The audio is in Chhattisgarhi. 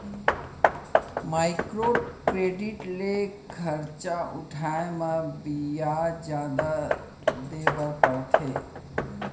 माइक्रो क्रेडिट ले खरजा उठाए म बियाज जादा देबर परथे